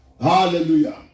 Hallelujah